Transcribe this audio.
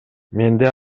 менде